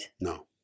No